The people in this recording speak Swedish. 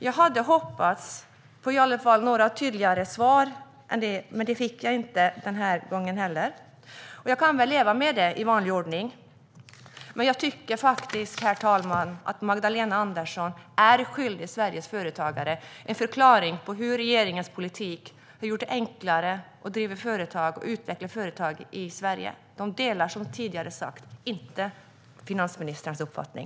Jag hade hoppats på i alla fall några tydligare svar, men det fick jag inte den här gången heller. Jag kan väl i vanlig ordning leva med det. Men jag tycker faktiskt, herr talman, att Magdalena Andersson är skyldig Sveriges företagare en förklaring på hur regeringens politik har gjort det enklare att driva och utveckla företag i Sverige. De delar, som jag tidigare har sagt, inte finansministerns uppfattning.